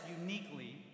uniquely